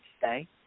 today